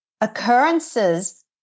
occurrences